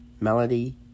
Melody